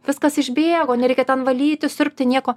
viskas išbėgo nereikia ten valyti siurbti nieko